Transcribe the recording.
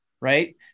Right